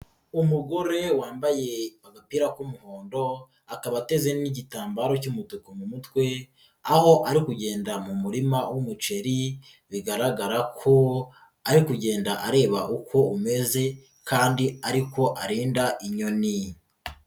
Umugore wambaye agapira k'umuhondo akaba ateze n'igitambaro cy'umutuku mu mutwe, aho ari kugenda mu murima w'umuceri bigaragara ko ari kugenda areba uko umeze kandi ariko arinda inyoni.